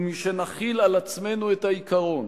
ומשנחיל על עצמנו את העיקרון